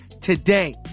today